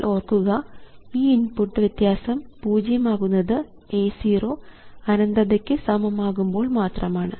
എന്നാൽ ഓർക്കുക ഈ ഇൻപുട്ട് വ്യത്യാസം പൂജ്യം ആകുന്നത് A0 അനന്തതയ്ക്ക് സമമാകുമ്പോൾ മാത്രമാണ്